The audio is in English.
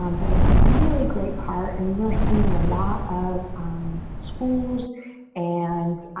um but it's a really great part. and we're seeing a lot of schools and